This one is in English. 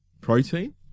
protein